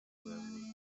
izuba